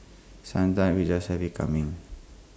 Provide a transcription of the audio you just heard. sometimes we just have IT coming